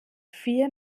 vier